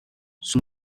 sun